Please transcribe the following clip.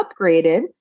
upgraded